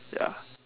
ya